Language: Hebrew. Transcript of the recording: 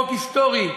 חוק היסטורי,